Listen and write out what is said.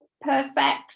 perfect